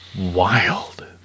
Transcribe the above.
Wild